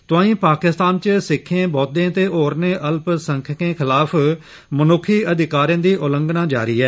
तोआई पाकिस्तान च सिक्खें बौद्धें ते होरने अल्पसंख्यकें खलाफ मनुक्खी अधिकारें दी उल्लंघनां जारी ऐ